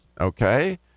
okay